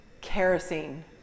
kerosene